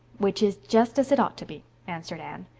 which is just as it ought to be, answered anne.